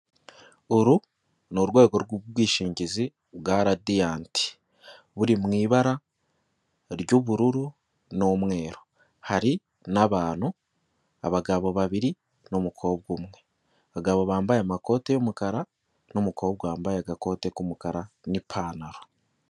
Uru ni urwego rw'ubwishingizi bwa Radiyanti, buri mu ibara ry'ubururu n'umweru. Hari n'abantu, abagabo babiri n'umukobwa umwe. Abagabo bambaye amakoti y'umukara, n'umukobwa wambaye agakoti k'umukara n'ipantaro.